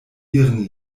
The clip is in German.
ihren